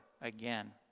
again